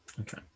Okay